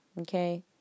Okay